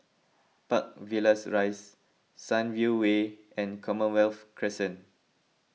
Park Villas Rise Sunview Way and Commonwealth Crescent